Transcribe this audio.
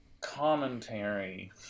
commentary